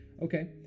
Okay